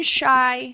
shy